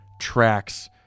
tracks